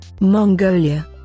Mongolia